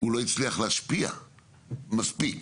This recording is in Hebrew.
לא הצליח להשפיע מספיק.